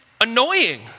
annoying